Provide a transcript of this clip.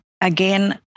again